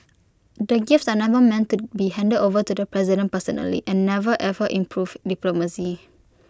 the gifts are never meant to be handed over to the president personally and never ever improved diplomacy